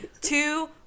two